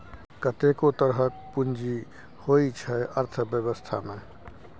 कतेको तरहक पुंजी होइ छै अर्थबेबस्था मे